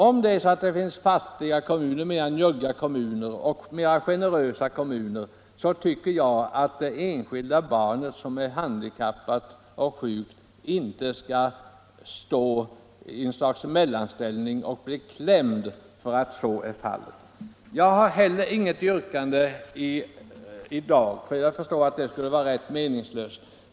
Om det finns fattiga eller mera njugga kommuner och mera generösa kommuner, så tycker jag att det enskilda barnet som är handikappat och sjukt inte skall stå i något slags mellanställning och bli klämt för att så är fallet. Jag har inget yrkande i dag, för jag förstår att det skulle vara rätt meningslöst.